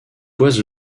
was